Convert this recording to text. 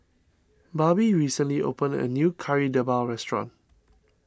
Barbie recently opened a new Kari Debal restaurant